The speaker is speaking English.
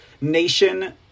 nation